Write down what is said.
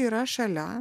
yra šalia